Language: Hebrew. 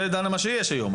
זה דן על מה שיש היום.